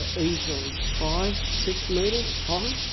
ah easily five, six metres high.